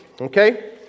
Okay